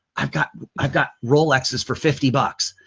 i've got i've got rolexes for fifty bucks.